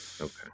Okay